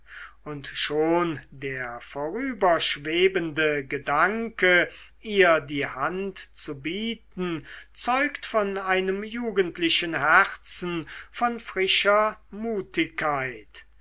und schon der vorüberschwebende gedanke ihr die hand zu bieten zeugt von einem jugendlichen herzen von frischer